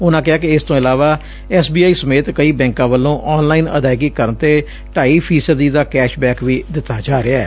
ਉਨੂਾਂ ਕਿਹਾ ਕਿ ਇਸ ਤੋਂ ਇਲਾਵਾ ਐਸ ਬੀ ਆਈ ਸਮੇਤ ਕਈ ਬੈਂਕਾਂ ਵੱਲੋਂ ਆਨ ਲਾਈਨ ਅਦਾਇਗੀ ਕਰਨ ਤੇ ਢਾਈ ਫ਼ੀਸਦੀ ਦਾ ਕੈਸ਼ ਬੈਕ ਵੀ ਦਿੱਤਾ ਜਾ ਰਿਹੈ